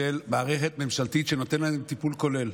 מערכת ממשלתית שנותנת להם טיפול כולל.